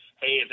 hey